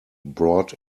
brought